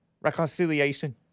Reconciliation